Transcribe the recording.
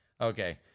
Okay